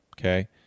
Okay